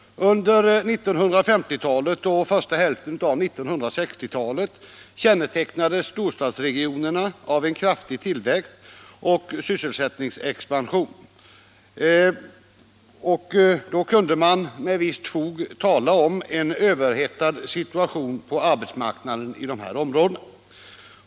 Under 1950-talet och första hälften av 1960-talet kännetecknades storstadsregionerna av en kraftig tillväxtoch sysselsättningsexpansion, och man kunde då med visst fog tala om en överhettad situation på arbetsmarknaden i dessa områden.